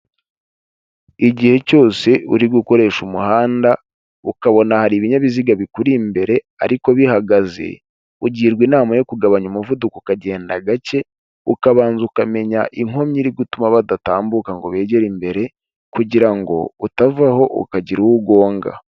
Igihe cyose uri gukoresha umuhanda ukabona hari ibinyabiziga bikuri imbere ariko bihagaze, ugirwa inama yo kugabanya umuvuduko ukagenda gake, ukabanza ukamenya inkomyi iri gutuma badatambuka ngo begere imbere kugira ngo utavaho ukagira uwo ugonga.